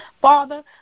Father